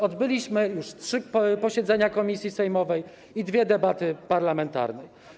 Odbyliśmy już trzy posiedzenia komisji sejmowej i dwie debaty parlamentarne.